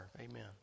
amen